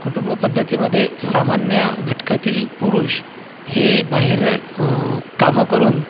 कुटुंबपद्धतीमधे सामान्य घटकातील पुरुष हे बाहेर कामं करून